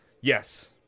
Yes